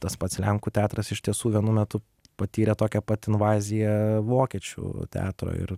tas pats lenkų teatras iš tiesų vienu metu patyrė tokią pat invaziją vokiečių teatro ir